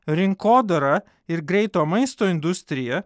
rinkodara ir greito maisto industrija